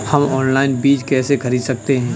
हम ऑनलाइन बीज कैसे खरीद सकते हैं?